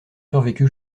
survécu